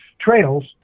trails